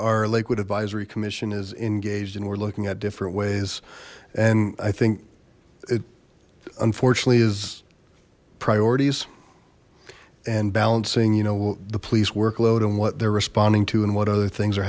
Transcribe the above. liquid advisory commission is engaged and we're looking at different ways and i think it unfortunately is priorities and balancing you know the police workload and what they're responding to and what other things are